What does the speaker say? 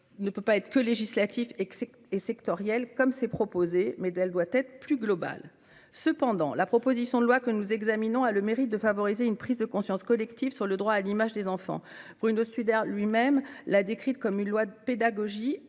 ne peut pas être seulement législative et sectorielle, comme proposé. Elle doit être plus globale. Cependant, la proposition de loi que nous examinons a le mérite de favoriser une prise de conscience collective sur le droit à l'image des enfants. Bruno Studer lui-même l'a décrite comme « une loi de pédagogie